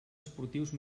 esportius